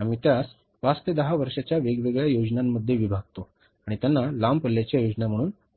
आम्ही त्यास पाच ते दहा वर्षांच्या वेगवेगळ्या योजनांमध्ये विभागतो आणि त्यांना लांब पल्ल्याच्या योजना म्हणून संबोधले जाते